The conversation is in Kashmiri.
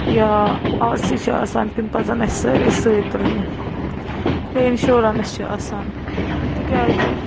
یا آر سی چھِ آسان تِم پَزن اَسہِ سٲری سۭتۍ تُلنہِ یا اِنشورنٕس چھِ آسان تِکیٛازِ